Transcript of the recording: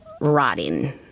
rotting